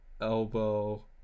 Elbow